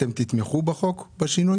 אתם תתמכו בשינוי בחוק?